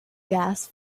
gas